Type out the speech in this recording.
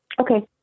Okay